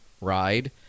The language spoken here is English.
ride